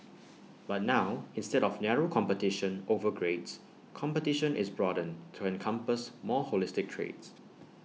but now instead of narrow competition over grades competition is broadened to encompass more holistic traits